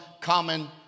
common